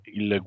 il